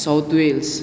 south waves